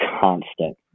constant